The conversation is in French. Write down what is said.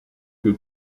que